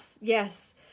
yes